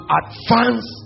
advance